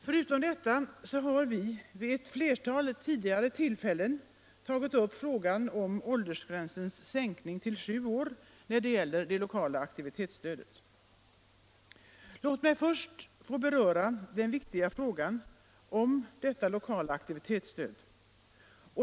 Förutom detta har vi vid ett flertal tidigare tillfällen tagit upp frågan om åldersgränsens sänkning till 7 år när det gäller det lokala aktivitetsstödet. Låt mig först få beröra den viktiga frågan om detta lokala aktivitetsstöd.